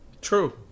true